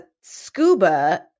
scuba